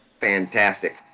Fantastic